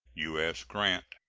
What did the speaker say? u s. grant.